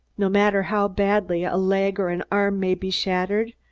no matter how badly a leg or an arm may be shattered,